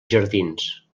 jardins